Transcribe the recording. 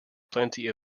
plenty